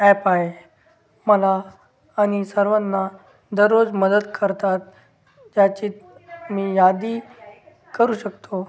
app आहे मला आणि सर्वांना दररोज मदत करतात याची मी यादी करू शकतो